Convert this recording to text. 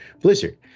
blizzard